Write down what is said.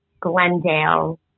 Glendale